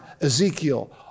Ezekiel